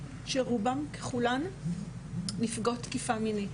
שרובן ככולן נפגעות תקיפה מינית.